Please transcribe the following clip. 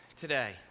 today